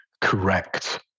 correct